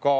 Ka